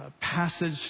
passage